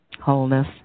wholeness